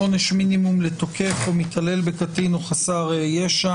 (עונש מזערי בעבירה של תקיפה או התעללות בקטין או בחסר ישע